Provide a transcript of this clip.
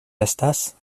estas